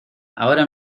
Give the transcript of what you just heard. ahora